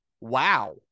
wow